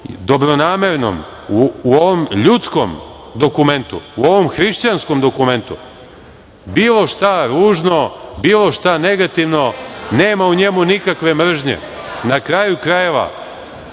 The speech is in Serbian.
dobronamernom, u ovom ljudskom dokumentu, u ovom hrišćanskom dokumentu bilo šta ružno, bilo šta negativno. Nema u njemu nikakve mržnje. Na kraju krajeva,